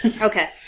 Okay